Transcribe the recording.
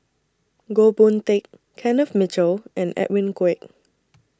Goh Boon Teck Kenneth Mitchell and Edwin Koek